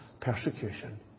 persecution